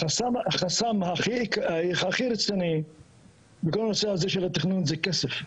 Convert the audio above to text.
החסם הכי רציני בכל הנושא הזה של התכנון זה כסף.